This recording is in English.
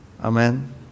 Amen